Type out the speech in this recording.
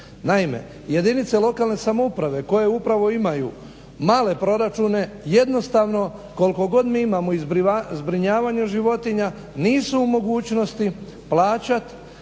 Naime, jedinice lokalne samouprave koje upravo imaju male proračune jednostavno koliko god mi imao i zbrinjavanje životinja, nisu u mogućnosti plaćat